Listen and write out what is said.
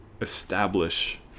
establish